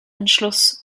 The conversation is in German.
entschluss